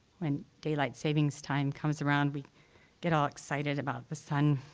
when daylight savings time comes around, we get all excited about the sun,